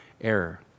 error